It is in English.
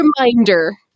reminder